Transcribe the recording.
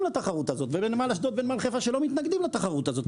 לתחרות הזאת ולנמל אשדוד ולנמל חיפה שלא מתנגדים לתחרות הזאת.